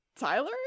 Tyler